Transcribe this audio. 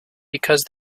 because